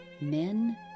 Men